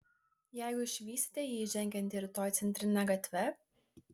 jeigu išvysite jį žengiantį rytoj centrine gatve